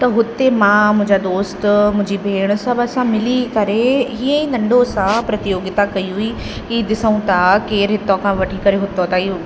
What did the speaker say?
त हुते मां मुंहिंजा दोस्त मुंहिंजी भेण सभु असां मिली करे हीअं ई नंढो सां प्रतियोगिता कई हुई कि ॾिसूं था केर हितां खां वठी करे हुतां ताईं